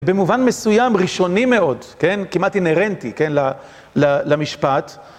במובן מסוים ראשוני מאוד, כן, כמעט אינהרנטי, כן, למשפט.